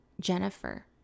Jennifer